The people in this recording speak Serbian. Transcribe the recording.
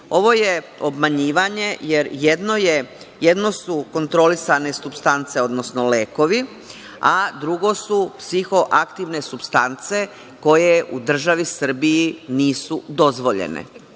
Ovo je obmanjivanje, jer jedno su kontrolisane supstance, odnosno lekovi, a drugo su psihoaktivne supstance koje u državi Srbiji nisu dozvoljene,